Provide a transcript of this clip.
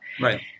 Right